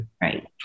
right